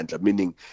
meaning